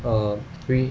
err